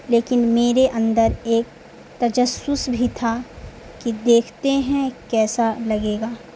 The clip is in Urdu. لیکن میرے اندر ایک تجسس بھی تھا کہ دیکھتے ہیں کیسا لگے گا